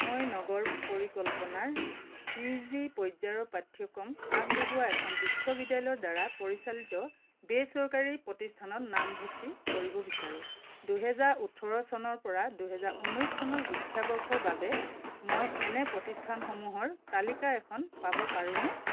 মই নগৰ পৰিকল্পনাৰ পি জি পৰ্যায়ৰ পাঠ্যক্ৰম আগবঢ়োৱা এখন বিশ্ববিদ্যালয়ৰ দ্বাৰা পৰিচালিত বেচৰকাৰী প্ৰতিষ্ঠানত নামভৰ্তি কৰিব বিচাৰোঁ দুহেজাৰ ওঁঠৰ চনৰ পৰা দুহেজাৰ ঊনৈছ চনৰ শিক্ষাবৰ্ষৰ বাবে মই এনে প্ৰতিষ্ঠানসমূহৰ তালিকা এখন পাব পাৰোঁনে